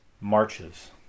Marches